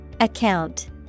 Account